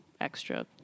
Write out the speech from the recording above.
extra